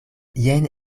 jen